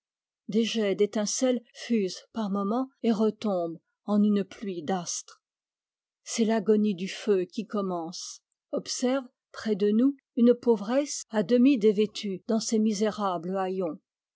des jets d'étincelles fusent par moments et retombent en une pluie d'astres c'est l'agonie du feu qui commence observe près de nous une pauvresse à demi dévêtue dans ses misérables